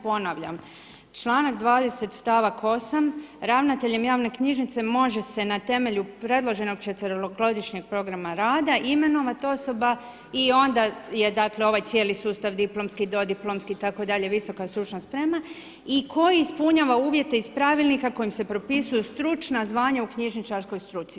Ponavljam, članak 20. stavak 8. ravnateljem javne knjižnice može se na temelju predloženog četverogodišnjeg rada imenovat osoba i onda je ovaj cijeli sustav diplomski, dodiplomski itd. visoka stručna sprema i koji ispunjava uvjete iz pravilnika kojim se propisuju stručna zvanja u knjižničarskoj struci.